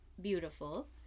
beautiful